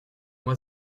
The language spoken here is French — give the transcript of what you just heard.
moi